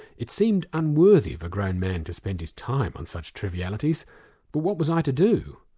it seemed unworthy of a grown man to spend his time on such trivialities but what was i to do,